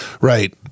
Right